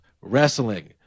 wrestling